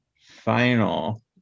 final